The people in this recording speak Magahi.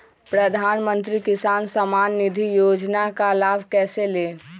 प्रधानमंत्री किसान समान निधि योजना का लाभ कैसे ले?